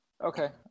Okay